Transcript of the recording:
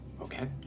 Okay